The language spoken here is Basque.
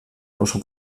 oso